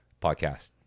Podcast